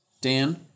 Dan